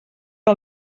que